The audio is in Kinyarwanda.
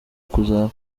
kuzaba